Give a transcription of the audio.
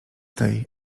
tej